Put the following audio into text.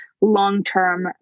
long-term